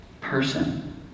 person